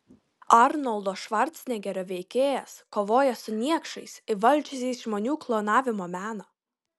arnoldo švarcnegerio veikėjas kovoja su niekšais įvaldžiusiais žmonių klonavimo meną